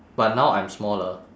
but now I'm smaller